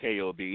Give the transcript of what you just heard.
KOB